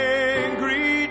angry